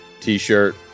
T-shirt